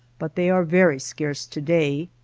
but they are very scarce to-day.